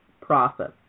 process